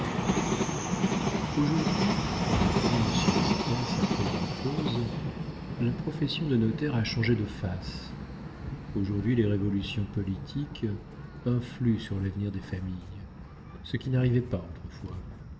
aujourd'hui reprit monsieur mathias après une pause la profession de notaire a changé de face aujourd'hui les révolutions politiques influent sur l'avenir des familles ce qui n'arrivait pas autrefois